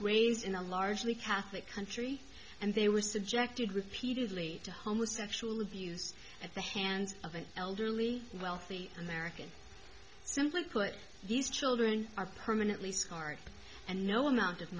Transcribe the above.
raised in a largely catholic country and they were subjected repeated lead to homo sexual abuse at the hands of an elderly wealthy americans simply put these children are permanently scarred and no amount of